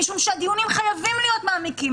משום שהדיונים חייבים להיות מעמיקים.